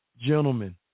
Gentlemen